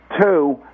Two